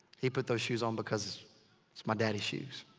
he put those shoes on because, it's my daddy's shoes.